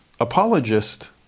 apologist